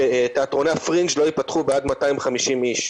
שתיאטרוני הפרינג' לא ייפתחו עד 250 איש.